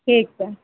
ठीक छै